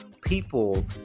people